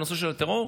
בנושא של הטרור,